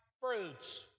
fruits